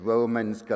Romans